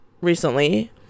recently